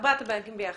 ארבע הבנקים ביחד.